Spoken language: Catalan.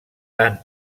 tant